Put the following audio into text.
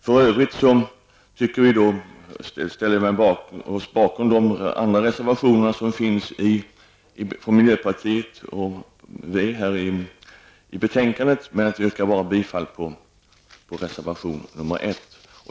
För övrigt ställer vi från miljöpartiet oss bakom de övriga reservationer från miljöpartiet som finns till betänkandet, men jag yrkar bara bifall till reservation nr 1.